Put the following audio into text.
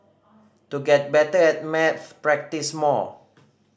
to get better at maths practise more